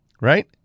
right